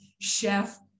chef